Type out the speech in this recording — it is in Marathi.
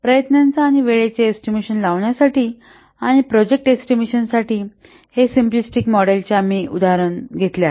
प्रयत्नांचा आणि वेळेचा एस्टिमेशन लावण्यासाठी आणि प्रोजेक्ट एस्टिमेशनासाठी हे सिम्पलीस्टीक मॉडेलचे आम्ही उदाहरण घेतले आहे